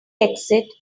exit